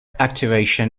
activation